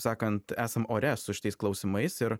sakant esam ore su šitais klausimais ir